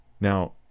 Now